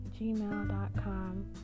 gmail.com